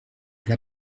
elle